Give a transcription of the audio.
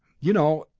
you know,